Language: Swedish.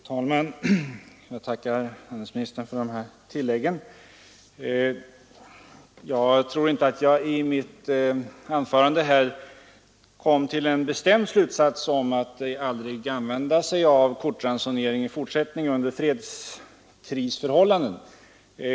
Fru talman! Jag tackar handelsministern för de här tilläggen, Jag tror inte att jag i mitt anförande kom till en bestämd slutsats att man i fortsättningen aldrig skall använda sig av kortransonering under fredskrisförhållanden.